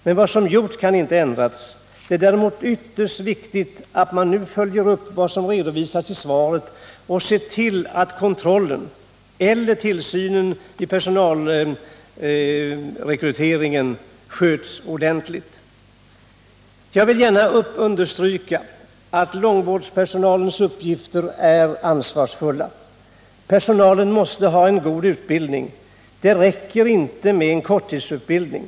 Men vad som skett kan inte ändras. Det är däremot ytterst viktigt att man nu följer upp vad som redovisas i svaret och att man ser till att kontrollen eller tillsynen vid personalrekrytering sköts ordentligt. Jag vill gärna understryka att långvårdspersonalens uppgifter är ansvarsfulla. Personalen måste ha en god utbildning. Det räcker inte med en korttidsutbildning.